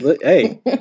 Hey